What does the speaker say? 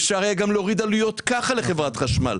אפשר היה להוריד עלויות לחברת החשמל.